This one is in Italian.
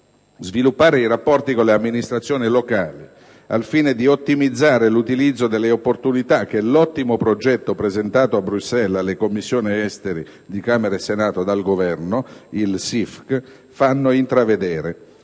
sviluppare i rapporti con le amministrazioni locali al fine di ottimizzare l'utilizzo delle opportunità che l'ottimo progetto presentato a Bruxelles alle Commissioni esteri di Camera e Senato dal Governo - il Sistema integrato